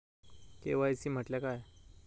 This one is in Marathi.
के.वाय.सी म्हटल्या काय?